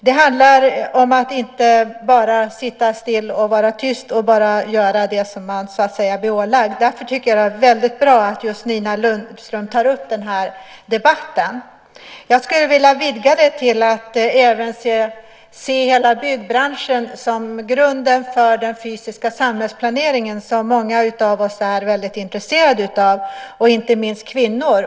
Det handlar om att inte bara sitta still, vara tyst och göra det som man blir ålagd. Därför tycker jag att det är väldigt bra att Nina Lundström tar upp den här debatten. Jag skulle vilja vidga det hela till att se hela byggbranschen som grunden för den fysiska samhällsplaneringen, som många av oss är väldigt intresserade av och inte minst kvinnor.